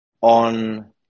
on